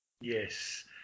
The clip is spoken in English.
yes